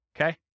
okay